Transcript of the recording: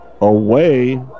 away